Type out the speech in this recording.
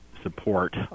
support